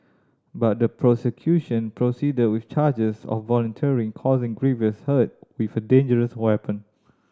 but the prosecution proceeded with charges of voluntarily causing grievous hurt with a dangerous weapon